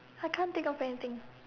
I can't think of anything